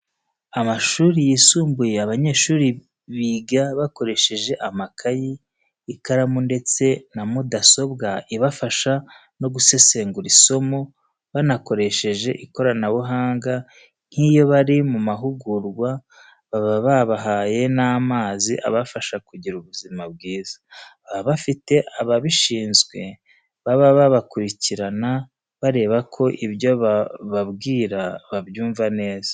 Amashuri yisumbuye abanyeshuri biga bakoresheje amakayi, ikaramu ndetse na mudasobwa ibafasha no gusesengura isomo, banakoresheje ikoranabuhanga, nk'iyo bari mu mahugurwa baba babahaye n'amazi abafasha kugira ubuzima bwiza. Baba bafite ababishizwe baba babakurikirana bareba ko ibyo bababwira babyumva neza.